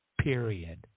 Period